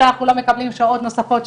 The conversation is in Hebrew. שאנחנו לא מקבלים שעות נוספות,